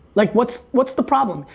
like what's what's the problem?